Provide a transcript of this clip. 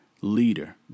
leader